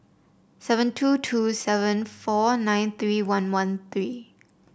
seven two two seven four nine three one one three